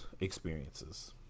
experiences